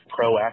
proactive